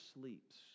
sleeps